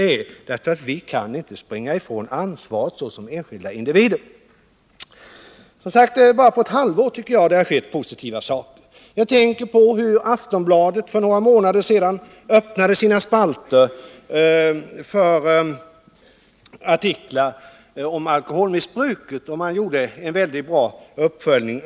Vi kan nämligen inte springa ifrån vårt ansvar som enskilda individer. Bara på ett halvår tycker jag att det har skett positiva saker. Jag tänker på hur Aftonbladet för några månader sedan öppnade sina spalter för artiklar om alkoholmissbruket, och man gjorde en väldigt bra uppföljning.